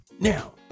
Now